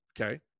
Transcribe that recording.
Okay